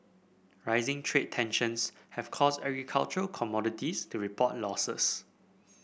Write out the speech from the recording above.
rising trade tensions have caused agricultural commodities to report losses